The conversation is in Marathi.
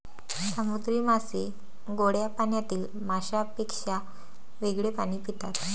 समुद्री मासे गोड्या पाण्यातील माशांपेक्षा वेगळे पाणी पितात